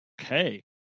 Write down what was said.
Okay